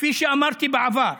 כפי שאמרתי בעבר,